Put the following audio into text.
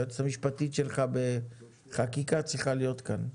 היועצת המשפטית שלך בחקיקה צריכה להיות כאן.